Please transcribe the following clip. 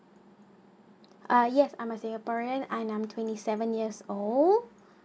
uh yes I'm a singaporean I'm twenty seven years old